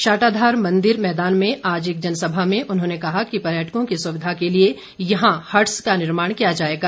शाटाधार मंदिर मैदान में आज जनसभा को संबोधित करते हुए उन्होंने कहा कि पर्यटकों की सुविधा के लिए यहां हट्स का निर्माण किया जाएगा